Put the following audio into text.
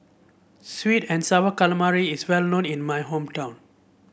sweet and sour calamari is well known in my hometown